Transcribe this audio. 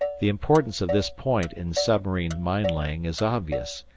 the importance of this point in submarine mine-laying is obvious,